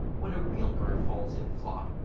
when a real bird falls in flop,